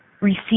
receive